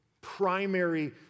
primary